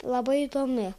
labai įdomi